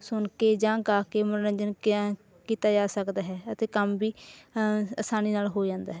ਸੁਣ ਕੇ ਜਾਂ ਗਾ ਕੇ ਮੋਨੋਰੰਜਨ ਕ ਕੀਤਾ ਜਾ ਸਕਦਾ ਹੈ ਅਤੇ ਕੰਮ ਵੀ ਆਸਾਨੀ ਨਾਲ ਹੋ ਜਾਂਦਾ ਹੈ